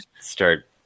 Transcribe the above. start